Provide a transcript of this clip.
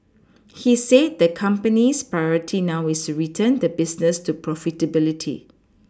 he said the company's Priority now is to return the business to profitability